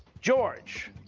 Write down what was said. george,